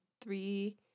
three